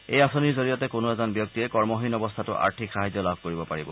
এই আঁচনিৰ জৰিয়তে কোনো এজন ব্যক্তিয়ে কমহীন অৱস্থাতো আৰ্থিক সাহায্য লাভ কৰিব পাৰিব